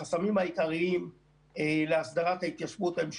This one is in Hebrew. החסמים העיקריים להסדרת ההתיישבות הם שלושה: